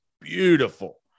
beautiful